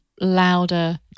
louder